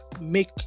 make